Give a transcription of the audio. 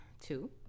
two